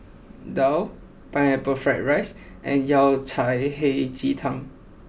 Daal Pineapple Fried Rice and Yao Cai Hei Ji Tang